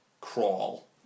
crawl